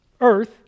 earth